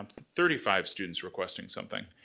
thirty-five students requesting something.